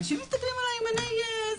אנשים מסתכלים עליי עם עיני אה זה,